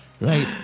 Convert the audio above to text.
right